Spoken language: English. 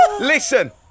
Listen